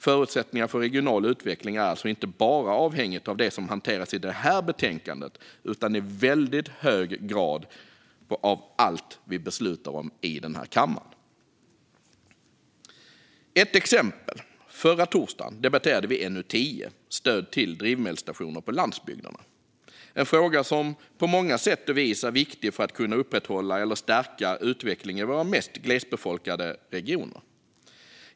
Förutsättningarna för regional utveckling är alltså inte bara avhängiga av det som hanteras i detta betänkande utan i väldigt hög grad av allt vi beslutar om i den här kammaren. Låt mig ta ett exempel. Förra torsdagen debatterade vi NU10 Stöd till drivmedelsstationer på landsbygderna . Detta är en fråga som på många sätt och vis är viktig för att vi ska kunna upprätthålla eller stärka utvecklingen i våra mest glesbefolkade regioner.